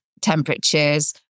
temperatures